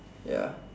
ya